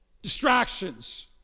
distractions